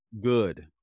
good